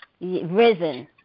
Risen